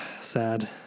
sad